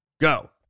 go